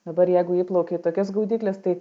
dabar jeigu įplaukia į tokias gaudykles tai